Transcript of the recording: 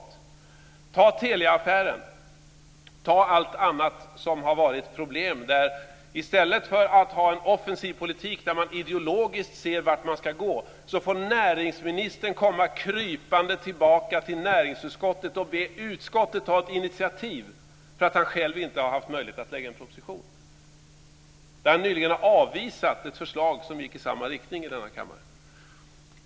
Jag tänker på Teliaaffären och allt annat där det har varit problem. I stället för att ha en offensiv politik där man ideologiskt ser vart man ska gå, får näringsministern komma krypande tillbaka till näringsutskottet och be utskottet ta ett initiativ för att han själv inte har haft möjlighet att lägga fram en proposition. Han har nyligen avvisat ett förslag här i kammaren som gick i samma riktning.